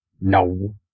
No